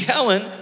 Helen